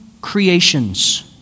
creations